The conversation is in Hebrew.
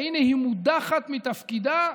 והינה היא מודחת מתפקידה,